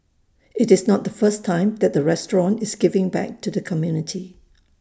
IT is not the first time that the restaurant is giving back to the community